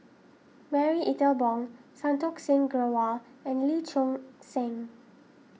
Marie Ethel Bong Santokh Singh Grewal and Lee Choon Seng